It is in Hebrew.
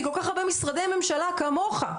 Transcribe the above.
מכל כך הרבה משרדי ממשלה כמוך.